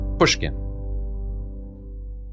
Pushkin